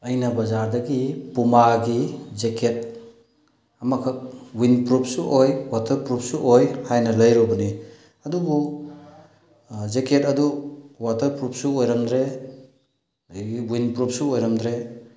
ꯑꯩꯅ ꯕꯖꯥꯔꯗꯒꯤ ꯄꯨꯃꯥꯒꯤ ꯖꯦꯀꯦꯠ ꯑꯃꯈꯛ ꯋꯤꯟꯄ꯭ꯔꯨꯞꯁꯨ ꯑꯣꯏ ꯋꯥꯇꯔꯄ꯭ꯔꯨꯞꯁꯨ ꯑꯣꯏ ꯍꯥꯏꯅ ꯂꯩꯔꯨꯕꯅꯤ ꯑꯗꯨꯕꯨ ꯖꯦꯀꯦꯠ ꯑꯗꯨ ꯋꯥꯇꯔꯄ꯭ꯔꯨꯞꯁꯨ ꯑꯣꯏꯔꯝꯗ꯭ꯔꯦ ꯑꯗꯒꯤ ꯋꯤꯟꯄ꯭ꯔꯨꯞꯁꯨ ꯑꯣꯏꯔꯝꯗ꯭ꯔꯦ